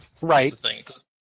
Right